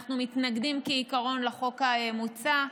אנחנו מתנגדים כעיקרון לחוק המוצע,